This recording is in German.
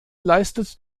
leistet